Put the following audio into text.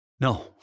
No